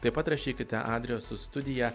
taip pat rašykite adresu studija